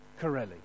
Corelli